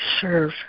serve